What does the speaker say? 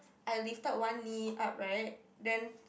I lifted one knee up right then